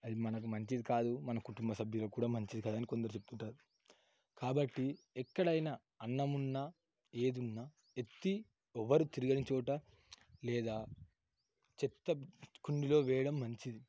అది మనకు మంచిది కాదు మన కుటుంబ సభ్యులకు కూడా మంచిది కాదు అని కొందరు చెప్పుతారు కాబట్టి ఎక్కడైనా అన్నం ఉన్న ఏది ఉన్న ఎత్తి ఎవరు తిరగని చోట లేదా చెత్తకుండీలో వేయడం మంచిది